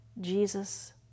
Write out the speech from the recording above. Jesus